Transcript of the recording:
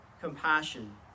compassion